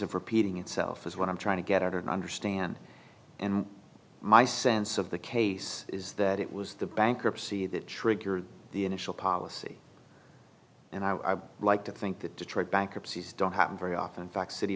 of repeating itself is what i'm trying to get out or not understand and my sense of the case is that it was the bankruptcy that triggered the initial policy and i would like to think that detroit bankruptcies don't happen very often in fact city